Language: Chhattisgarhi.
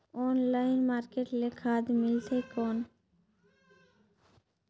ऑनलाइन मार्केट ले खाद मिलथे कौन?